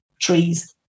trees